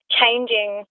changing